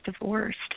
divorced